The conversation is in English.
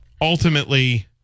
ultimately